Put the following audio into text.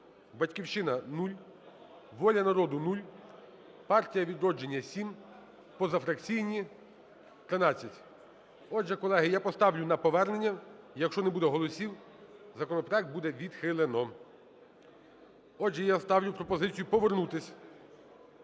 "Батьківщина" – 0, "Воля народу" – 0, "Партія "Відродження" – 7, позафракційні – 13. Отже, колеги, я поставлю на повернення. Якщо не буде голосів, законопроект буде відхилено. Отже, я ставлю пропозицію повернутися